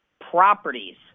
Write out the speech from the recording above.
properties